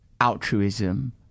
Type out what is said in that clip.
altruism